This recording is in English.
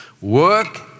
work